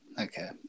Okay